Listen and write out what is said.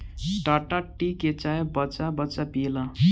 Tata tea के चाय बच्चा बच्चा पियेला